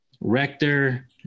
Rector